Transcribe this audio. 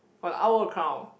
one hour crown